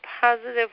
positive